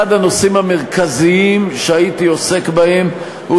אחד הנושאים המרכזיים שהייתי עוסק בהם הוא